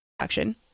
action